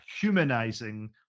humanizing